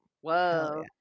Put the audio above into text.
Whoa